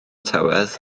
tywydd